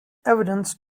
evidence